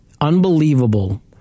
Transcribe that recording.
unbelievable